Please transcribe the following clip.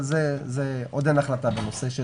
אבל עוד אין החלטה בנושא של מי יסובסד.